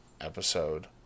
episode